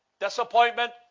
Disappointment